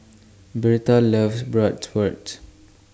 Birtha loves Bratwurst